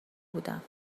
بودم